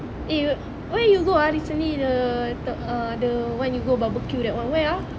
eh where you go ah recently the the ah the one you go barbecue that one where ah